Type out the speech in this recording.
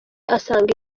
asanga